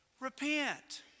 repent